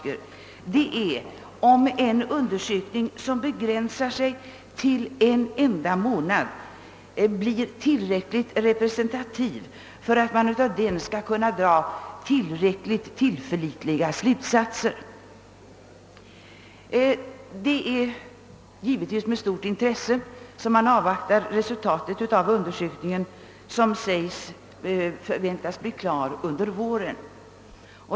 mening huruvida en undersökning, som: begränsar sig till en enda månad, kan bli.så representativ att av den skall kunna dras tillräckligt bä slutsatser... : Det är givetvis med stort intresse man avvaktar resultatet av den pågående utredningen, som enligt väd som uttalas väntas bli klar under våren.